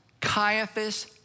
Caiaphas